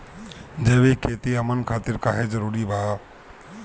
जैविक खेती हमन खातिर काहे जरूरी बा?